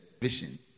vision